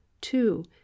two